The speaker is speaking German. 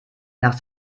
nach